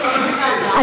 מסתפק בדיון במליאה.